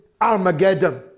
Armageddon